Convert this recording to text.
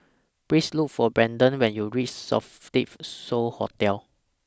Please Look For Branden when YOU REACH Sofitel So Hotel